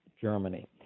Germany